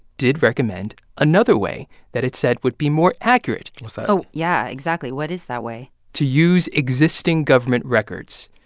did recommend another way that it said would be more accurate what's that? oh, yeah, exactly. what is that way? to use existing government records,